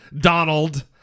Donald